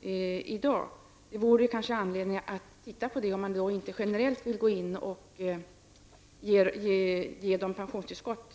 i dag? Det vore kanske anledning att titta på det om man inte generellt vill ge pensionstillskott.